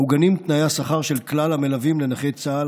מעוגנים תנאי השכר של כלל המלווים לנכי צה"ל,